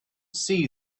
see